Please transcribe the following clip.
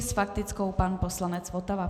S faktickou pan poslanec Votava.